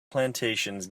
plantations